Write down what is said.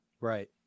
right